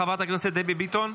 חברת הכנסת דבי ביטון,